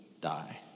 die